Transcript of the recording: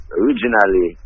originally